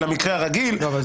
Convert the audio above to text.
על המקרה רגישים.